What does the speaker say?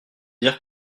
dire